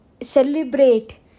celebrate